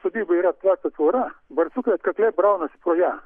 sodyba yra aptverta tvora barsukai atkakliai braunasi pro ją